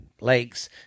lakes